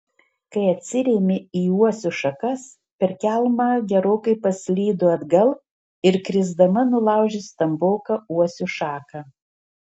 kai atsirėmė į uosio šakas per kelmą gerokai paslydo atgal ir krisdama nulaužė stamboką uosio šaką